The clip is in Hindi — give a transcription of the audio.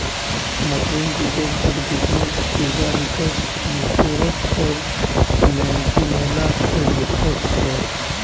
मशरूम की दो खाद्य किस्में एगारिकस बिस्पोरस और लेंटिनुला एडोडस है